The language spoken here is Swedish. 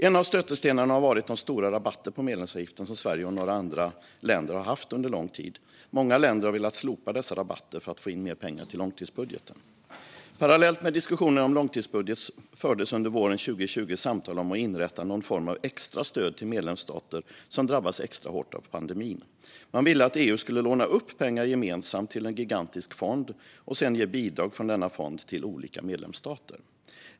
En av stötestenarna har varit de stora rabatter på medlemsavgiften som Sverige och några andra länder haft under lång tid. Många länder har velat slopa dessa rabatter för att få in mer pengar till långtidsbudgeten. Parallellt med diskussionerna om långtidsbudget fördes under våren 2020 samtal om att inrätta någon form av extra stöd till medlemsstater som drabbats extra hårt av pandemin. Man ville att EU skulle låna upp pengar gemensamt till en gigantisk fond och sedan ge bidrag från denna fond till olika medlemsstater.